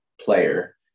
player